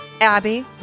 Abby